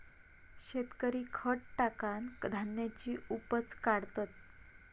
शेतकरी खत टाकान धान्याची उपज काढतत